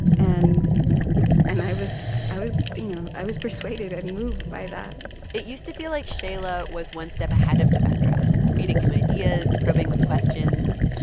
and and i was i was you know, i was persuaded and moved by that it used to feel like shaila was one step ahead of devendra feeding him ideas, probing with questions.